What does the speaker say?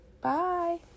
bye